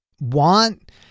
want